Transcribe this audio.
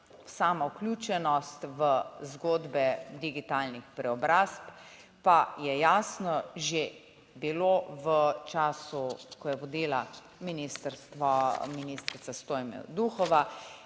vključenost v zgodbe digitalnih preobrazb, pa je jasno že bilo v času, ko je vodila ministrica Stojmenova